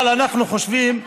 אבל אנחנו חושבים,